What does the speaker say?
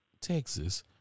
Texas